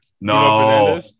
No